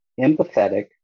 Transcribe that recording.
empathetic